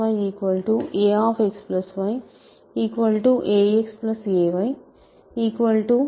y ax ay a a